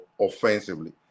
offensively